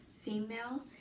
female